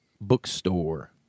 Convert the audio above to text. Bookstore